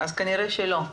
כנראה שלא.